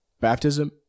Baptism